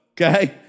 okay